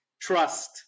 trust